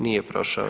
Nije prošao.